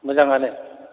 मोजाङानो